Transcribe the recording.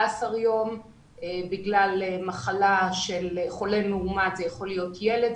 ימים בגלל מחלה של חולה מאומת וזה יכול להיות ילד,